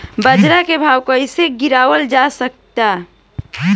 बाज़ार के भाव कैसे कम गीरावल जा सकता?